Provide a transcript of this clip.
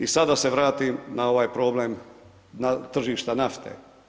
I sad da se vratim na ovaj problem, na tržišta nafte.